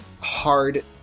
hard